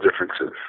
differences